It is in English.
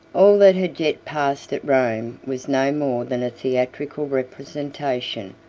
all that had yet passed at rome was no more than a theatrical representation,